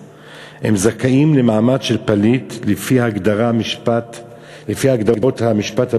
זכאים למעמד של פליט לפי הגדרות המשפט הבין-לאומי.